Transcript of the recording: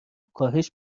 کاهش